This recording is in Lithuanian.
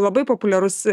labai populiarus